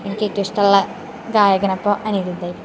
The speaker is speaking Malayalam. എനിക്കേറ്റവും ഇഷ്ടമുള്ള ഗായകനപ്പോൾ അനിരുദ്ധായിരിക്കും